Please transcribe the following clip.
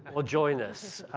or join us,